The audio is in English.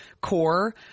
core